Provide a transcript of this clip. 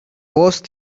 worse